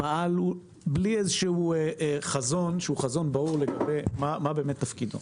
פעל בלי איזה חזון שהוא חזון ברור לגבי מה באמת תפקידו.